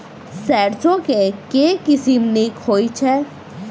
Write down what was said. सैरसो केँ के किसिम नीक होइ छै?